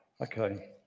okay